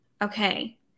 Okay